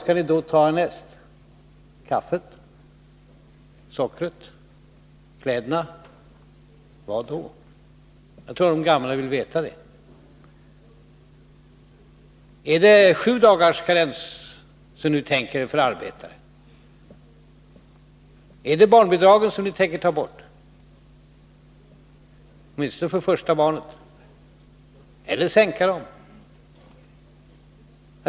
Blir det kaffet, sockret, kläderna eller vad? Jag tror att de gamla vill veta detta. Är det sju dagars karenstid som ni tänker er för arbetare? Är det barnbidragen som ni tänker ta bort — åtminstone när det gäller det första barnet — eller sänka?